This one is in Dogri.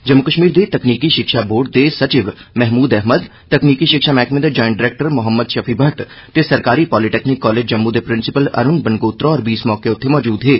जम्मू कश्मीर दे तकनीकी शिक्षा बोर्ड दे सचिव महमूद अहमदए तकनीकी शिक्षा मैह्कमे दे ज्वाईट डरैक्टर मोहम्मद शफी भट्ट ते सरकारी पालिटेक्निक कालेज जम्मू दे प्रिंसिपल अरूण बन्गोत्रा होर बी इस मौके उत्थे मौजूद हे